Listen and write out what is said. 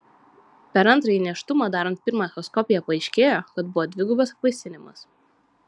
per antrąjį nėštumą darant pirmą echoskopiją paaiškėjo kad buvo dvigubas apvaisinimas